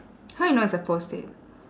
how you know it's a Post-it